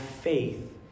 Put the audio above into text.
faith